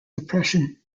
depression